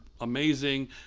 amazing